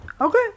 Okay